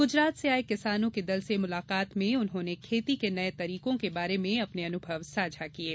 गुजरात से आये किसानों के दल से मुलाकात में उन्होंने खेती के नये तरीकों के बारे में अपने अनुभव साझा किये